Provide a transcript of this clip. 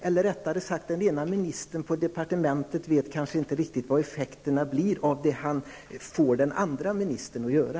Eller rättare sagt: den ena ministern på departementet vet kanske inte riktigt vad effekterna blir av det som han får den andra ministern att göra.